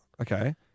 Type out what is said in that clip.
Okay